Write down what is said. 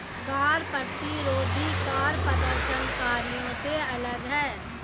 कर प्रतिरोधी कर प्रदर्शनकारियों से अलग हैं